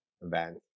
event